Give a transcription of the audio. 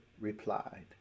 replied